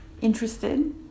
interested